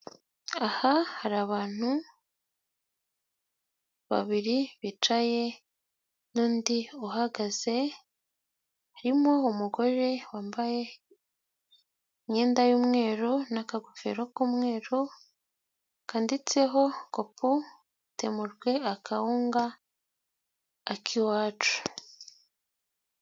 Aha hari abantu babiri bicaye n'undi uhagaze, harimo umugore wambaye imyenda y'umweru n'akagofero k'umweru kanditseho copu temurwe akawunga ak'iwacu.